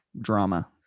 drama